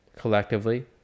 collectively